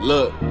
Look